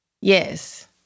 Yes